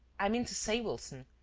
i mean to say, wilson,